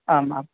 आमाम्